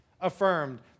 affirmed